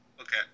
okay